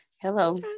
Hello